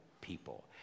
people